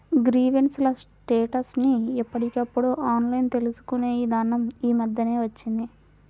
grievance ల status ని ఎప్పటికప్పుడు ఆన్లైన్ తెలుసుకునే ఇదానం యీ మద్దెనే వచ్చింది